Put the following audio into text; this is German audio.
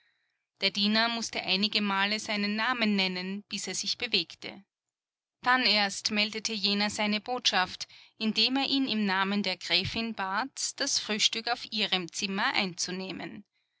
der diener mußte einigemal seinen namen nennen bis er sich bewegte dann erst meldete jener seine botschaft indem er ihn im namen der gräfin bat das frühstück auf ihrem zimmer einzunehmen